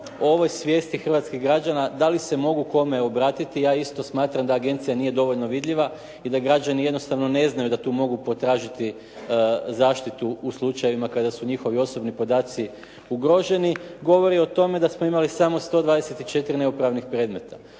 ovoj svijesti hrvatskih građana da li se mogu kome obratiti ja isto smatram da agencija nije dovoljno vidljiva i da građani jednostavno ne znaju da tu mogu potražiti zaštitu u slučajevima kada su njihovi osobni podaci ugroženi govori o tome da smo imali samo 124 neupravnih predmeta.